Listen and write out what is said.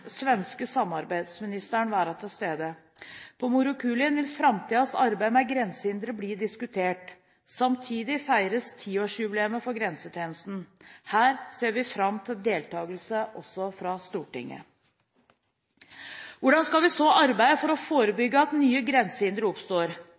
svenske samarbeidsministeren være til stede. På Morokulien vil framtidens arbeid med grensehindre bli diskutert. Samtidig feires 10-årsjubileet for Grensetjenesten. Her ser vi fram til deltakelse også fra Stortinget. Hvordan skal vi så arbeide for å